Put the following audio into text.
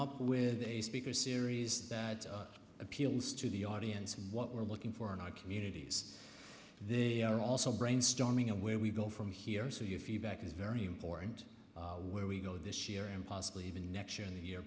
up with a speaker series that appeals to the audience what we're looking for and i communities they are also brainstorming of where we go from here so your feedback is very important where we go this year and possibly even next year and year